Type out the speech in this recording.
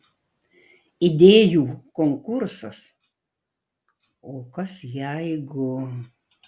idėjų konkursas o kas jeigu